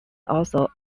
also